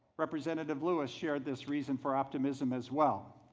representative lewis shared this reason for optimism as well.